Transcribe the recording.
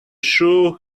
shoe